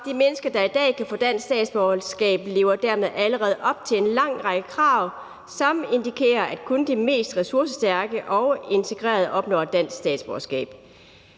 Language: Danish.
de mennesker, der i dag kan få dansk statsborgerskab, lever dermed allerede op til en lang række krav, som indikerer, at kun de mest ressourcestærke og integrerede opnår dansk statsborgerskab.